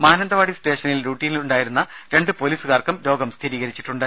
മാനന്തവാടി സ്റ്റേഷനിൽ ഡ്യൂട്ടിയിലുണ്ടായിരുന്ന രണ്ട് പോലീസുകാർക്കും രോഗം സ്ഥിരീകരിച്ചിട്ടുണ്ട്